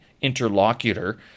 interlocutor